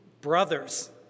brothers